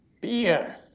beer